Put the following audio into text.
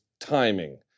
timing